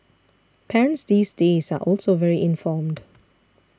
parents these days are also very informed